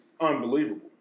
unbelievable